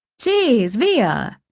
geez, via,